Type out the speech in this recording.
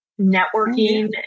networking